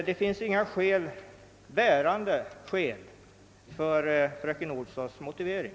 Det finns inga bärande skäl för fröken Olssons motivering.